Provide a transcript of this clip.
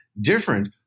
different